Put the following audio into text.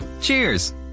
Cheers